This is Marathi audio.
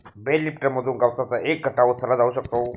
बेल लिफ्टरमधून गवताचा एक गठ्ठा उचलला जाऊ शकतो